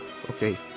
Okay